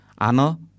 Ano